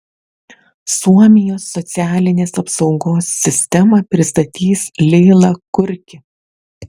suomijos socialinės apsaugos sistemą pristatys leila kurki